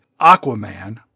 Aquaman